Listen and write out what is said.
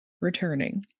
returning